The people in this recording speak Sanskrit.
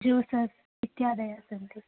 जूसस् इत्यादयः सन्ति